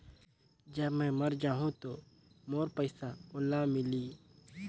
जब मै मर जाहूं तो मोर पइसा ओला मिली?